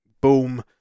boom